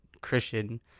Christian